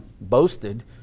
boasted